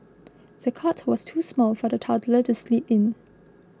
the cot was too small for the toddler to sleep in